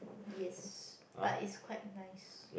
yes but is quite nice